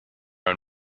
own